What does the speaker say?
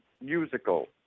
musical